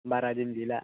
बारा दिन गैला